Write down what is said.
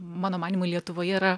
mano manymu lietuvoje yra